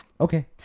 Okay